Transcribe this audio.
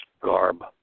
garb